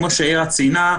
כפי שציינה יאירה,